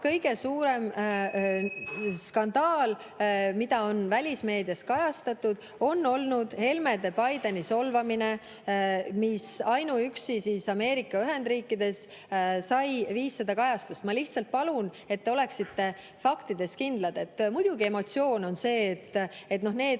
Kõige suurem skandaal, mida on välismeedias kajastatud, on olnud Helmede Bideni solvamine, mis ainuüksi Ameerika Ühendriikides sai 500 kajastust. Ma lihtsalt palun, et te oleksite faktides kindlad. Muidugi, emotsioon on see. Need,